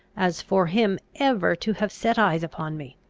as for him ever to have set eyes upon me!